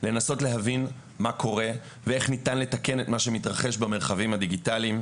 לנסות להבין מה קורה ואיך ניתן לתקן את מה שמתרחש במרחבים הדיגיטליים,